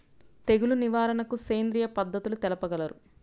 తెగులు నివారణకు సేంద్రియ పద్ధతులు తెలుపగలరు?